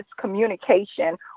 communication